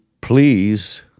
please